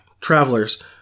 travelers